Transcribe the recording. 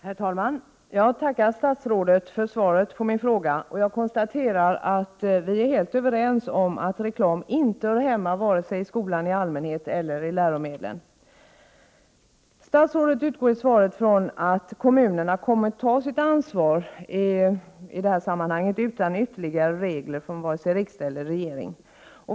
Herr talman! Jag tackar statsrådet för svaret på min fråga. Jag konstaterar att vi är helt överens om att reklam inte hör hemma vare sig i skolan i allmänhet eller i läromedel. Statsrådet utgår i svaret i från att kommunerna kommer att ta sitt ansvar i detta sammanhang utan ytterligare regler från riksdag eller regering.